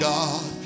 God